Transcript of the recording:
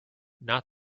not